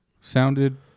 Sounded